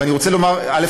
ואני רוצה לומר, א.